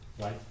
right